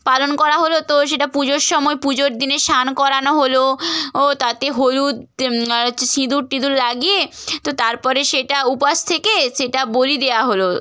পালন করা হলো তো সেটা পুজোর সময় পুজোর দিনে স্নান করানো হলো ও তাতে হলুদ হচ্ছে সিঁদুর টিঁদুর লাগিয়ে তো তার পরে সেটা উপোস থেকে সেটা বলি দেওয়া হলো